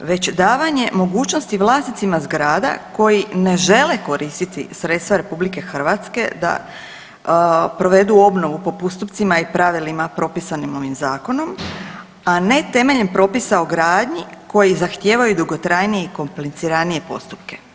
već davanja mogućnosti vlasnicima zgrada koji ne žele koristiti sredstva RH da provedu obnovu po postupcima i pravilima propisanim ovim zakonom, a ne temeljem propisa o gradnji koji zahtijevaju dugotrajnije i kompliciranije postupke.